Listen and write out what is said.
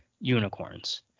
unicorns